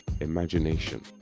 imagination